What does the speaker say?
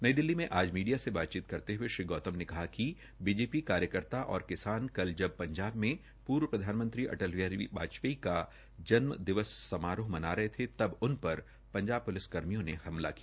नई दिल्ली में आज मीडिया से बातचीत करते हए श्री गौतम ने कहा कि बीजेपी कार्यकर्ता और किसान कल जब पंजाब में पूर्व प्रधानमंत्री अटल बिहारी वाजपेई का जन्मदिवस समारोह मना रहे थे तब उन पर पंजाब पुलिस कर्मियों ने हमला किया